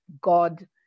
God